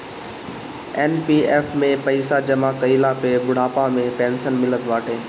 NPF में पईसा जमा कईला पे बुढ़ापा में पेंशन मिलत बाटे